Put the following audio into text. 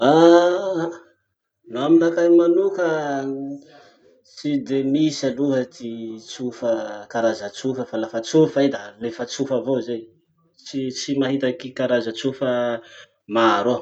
Ah laha aminakahy manoka tsy de misy aloha ty tsofa, karaza tsofa fa lafa tsofa i da lefa tsofa avao zay. Tsy mahita ki ki karaza tsofa maro aho.